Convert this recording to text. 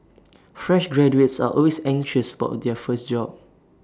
fresh graduates are always anxious about their first job